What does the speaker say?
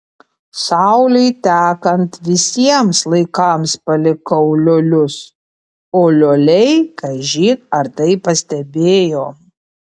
saulei tekant visiems laikams palikau liolius o lioliai kažin ar tai pastebėjo